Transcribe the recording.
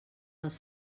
dels